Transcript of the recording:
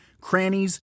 crannies